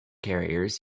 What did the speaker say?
carriers